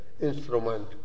instrument